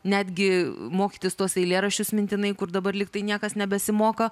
netgi mokytis tuos eilėraščius mintinai kur dabar lyg tai niekas nebesimoko